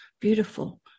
beautiful